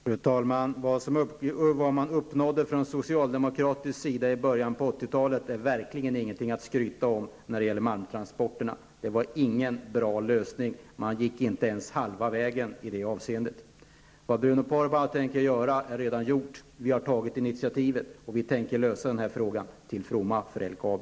Fru talman! Vad man uppnådde från socialdemokratisk sida i början av 80-talet är verkligen ingenting att skryta om när det gäller malmtransporterna. Det var ingen bra lösning -- man gick inte ens halva vägen i det avseendet. Vad Bruno Poromaa tänker göra är redan gjort. Vi har tagit initiativet, och vi tänker lösa den här frågan till fromma för LKAB.